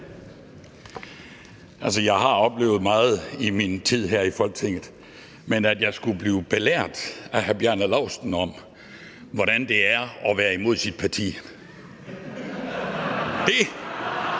(V): Jeg har oplevet meget i min tid her i Folketinget, men at jeg skulle blive belært af hr. Bjarne Laustsen om, hvordan det er at være imod sit parti! Det